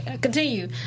continue